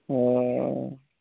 ᱚᱸᱻ